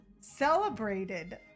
celebrated